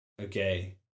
okay